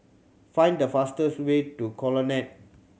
find the fastest way to Colonnade